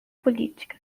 política